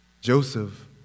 Joseph